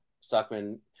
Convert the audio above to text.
Stockman